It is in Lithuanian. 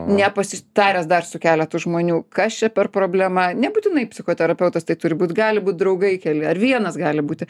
nepasitaręs dar su keletu žmonių kas čia per problema nebūtinai psichoterapeutas tai turi būt gali būt draugai keli ar vienas gali būti